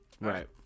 right